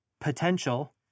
potential